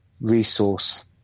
resource